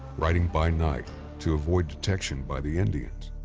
riding by night to avoid detection by the indians.